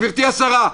גברתי השרה,